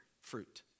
fruit